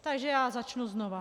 Takže já začnu znovu.